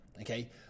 okay